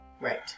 Right